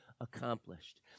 accomplished